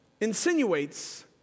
insinuates